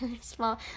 small